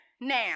now